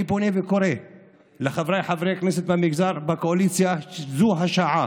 אני פונה וקורא לחבריי חברי הכנסת מהמגזר בקואליציה: זו השעה.